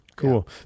Cool